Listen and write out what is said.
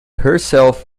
herself